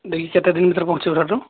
ଦେଇକି କେତେଦିନ ଭିତରେ ପହଞ୍ଚିବ ସେଇଠି